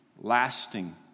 lasting